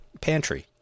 pantry